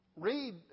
Read